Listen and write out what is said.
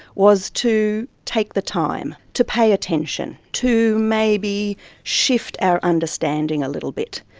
was to take the time, to pay attention, to maybe shift our understanding a little bit,